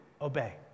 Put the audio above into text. Obey